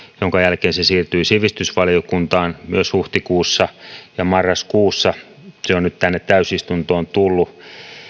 minkä jälkeen se siirtyi sivistysvaliokuntaan myös huhtikuussa ja marraskuussa se on nyt tänne täysistuntoon tullut